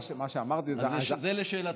זה לשאלתך.